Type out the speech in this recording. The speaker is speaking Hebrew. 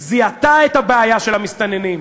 זיהתה את הבעיה של המסתננים,